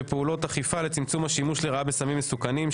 ופעולות אכיפה לצמצום השימוש לרעה בסמים מסוכנים.